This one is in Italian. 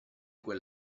quel